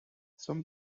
some